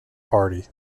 party